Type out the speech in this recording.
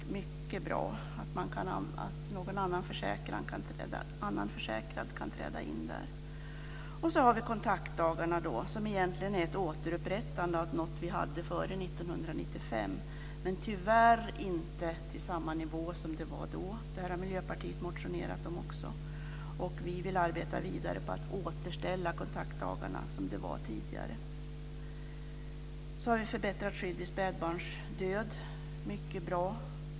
Det är mycket bra att någon annan försäkrad kan träda in. Så har vi kontaktdagarna, som egentligen är ett återupprättande av något som vi hade före 1995, men tyvärr inte till samma nivå som det var då. Där har Miljöpartiet motionerat också. Vi vill arbeta vidare på att återställa kontaktdagarna till vad de var tidigare. Förbättrat skydd vid spädbarnsdöd är mycket bra.